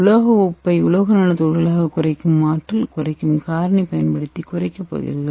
உலோக உப்பை உலோக நானோ துகள்களாகக் குறைக்கும் ஆற்றல் குறைக்கும் காரணியை பயன்படுத்தி குறைக்கப் போகிறீர்கள்